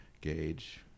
gauge